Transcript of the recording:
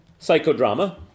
psychodrama